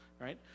right